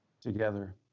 Together